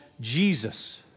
Jesus